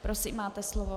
Prosím, máte slovo.